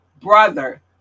brother